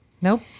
Nope